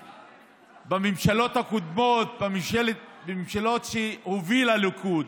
שאולי בממשלות הקודמות, בממשלות שהוביל הליכוד,